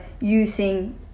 using